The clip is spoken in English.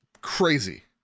crazy